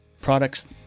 products